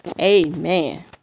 amen